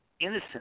innocent